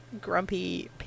grumpy